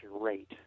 rate